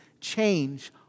change